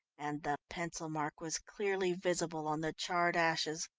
and the pencil mark was clearly visible on the charred ashes.